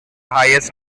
highest